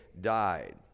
died